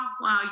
wow